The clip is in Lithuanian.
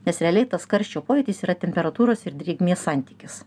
nes realiai tas karščio pojūtis yra temperatūros ir drėgmės santykis